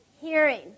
hearing